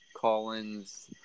Collins